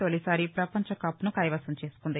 తొలిసారి పపంచ కప్ ను కైవసం చేసుకుంది